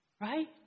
Right